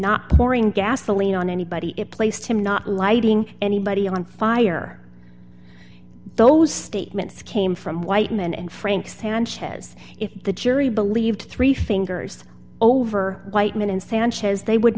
not pouring gasoline on anybody it placed him not lighting anybody on fire those statements came from whiteman and frank sanchez if the jury believed three fingers over white men in sanchez they would